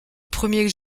premier